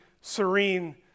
serene